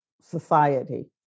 society